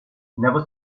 never